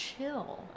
chill